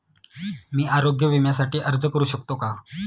मी आरोग्य विम्यासाठी अर्ज करू शकतो का?